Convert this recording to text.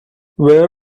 when